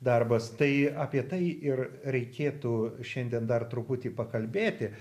darbas tai apie tai ir reikėtų šiandien dar truputį pakalbėti